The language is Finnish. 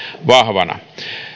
vahvana